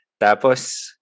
tapos